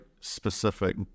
specific